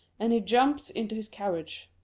and he jumps into his carriage.